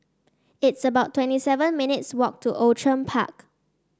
it's about twenty seven minutes' walk to Outram Park